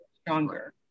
stronger